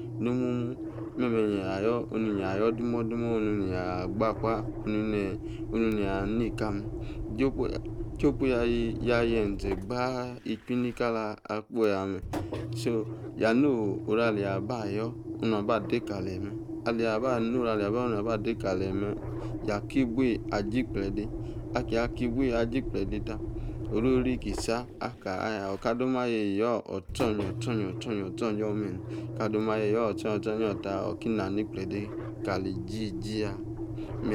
Nomomu meme nia yo̱ onu nia yo̱ demo̱demo̱ ne̱yi agba akwa oru eyi anu ekame̱. Chopu ya yayi enze̱ gbaa ichi ni kali akposi yame̱. So, yanu oru ali abayo̱ nua ba de kaleye. Aleyi abanu oru aliabayo oru ade kaleyi yaki buyi aji ikgblede. Akiya ikibuyi ijie ikgblede orori ki ako, aya. Ota dom ayeyao̱ ocho̱ye o̱cho̱ye be̱ne̱. Aka dom ayeya o̱cho̱ye o̱cho̱ye ta oki na ni ikgblede kali iji ijiya.